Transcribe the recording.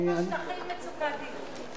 אין בשטחים מצוקת דיור.